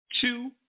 Two